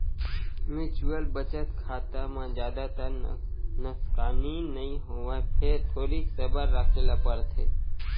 mutual बचत खाता म जादातर नसकानी नइ होवय फेर थोरिक सबर राखे ल परथे